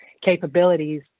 capabilities